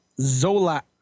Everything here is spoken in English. Zola